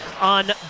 on